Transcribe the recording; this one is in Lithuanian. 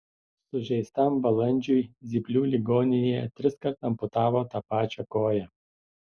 sužeistam balandžiui zyplių ligoninėje triskart amputavo tą pačią koją